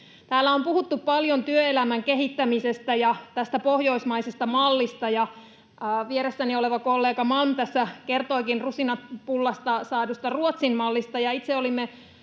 Täällä on puhuttu paljon työelämän kehittämisestä ja pohjoismaisesta mallista, ja vieressäni oleva kollega Malm tässä kertoikin rusinat pullasta saadusta Ruotsin-mallista.